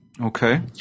Okay